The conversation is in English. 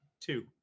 Two